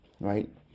right